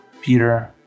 Peter